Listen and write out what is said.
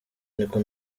niko